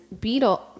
Beetle